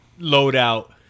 loadout